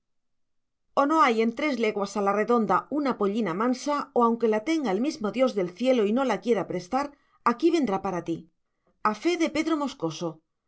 o no hay en tres leguas a la redonda una pollina mansa o aunque la tenga el mismo dios del cielo y no la quiera prestar aquí vendrá para ti a fe de pedro moscoso